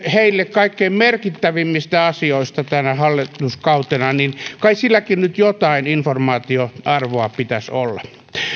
kaikkein merkittävimmistä asioista tänä hallituskautena jotain informaatioarvoa pitäisi olla